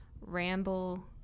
ramble